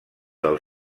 del